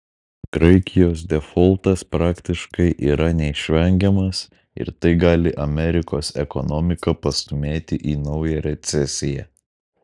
graikijos defoltas praktiškai yra neišvengiamas ir tai gali amerikos ekonomiką pastūmėti į naują recesiją